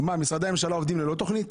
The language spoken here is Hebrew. מה, משרדי הממשלה עובדים ללא תכנית?